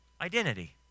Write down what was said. identity